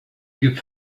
give